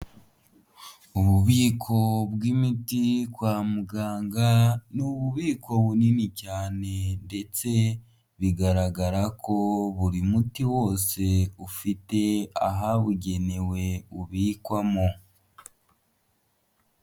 Ububiko bw'imiti kwa muganga ni ububiko bunini cyane ndetse bigaragara ko buri muti wose ufite ahabugenewe ubikwamo.